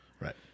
Right